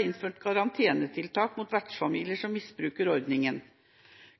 innført karantenetiltak mot vertsfamilier som misbruker ordningen.